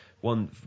one